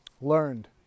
learned